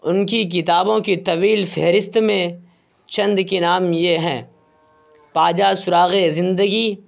ان کی کتابوں کی طویل فہرست میں چند کے نام یہ ہیں پا جا سراغِ زندگی